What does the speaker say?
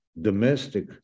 domestic